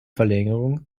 verlängerung